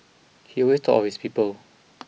he always thought his people